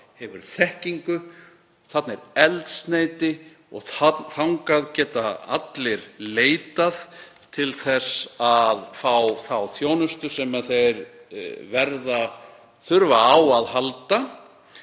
hefur þekkingu. Þarna er eldsneyti og þangað geta allir leitað til þess að fá þá þjónustu sem þeir þurfa á að halda